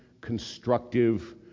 constructive